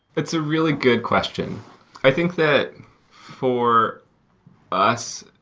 that's a really good question i think that for us,